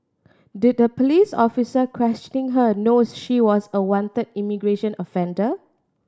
did the police officer questioning her knows she was a wanted immigration offender